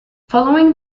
following